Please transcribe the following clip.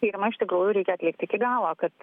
tyrimą iš tikrųjų reikia atlikt iki galo kad